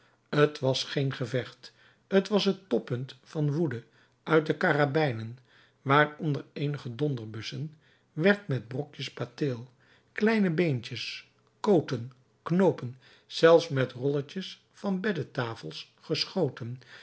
t was geen gevecht t was het toppunt van woede uit de karabijnen waaronder eenige donderbussen werd met brokjes plateel kleine beentjes koten knoopen zelfs met rolletjes van beddetafels geschoten